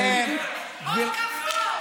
עוד כפתור, עוד כפתור.